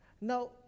Now